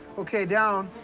ok, down.